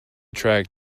track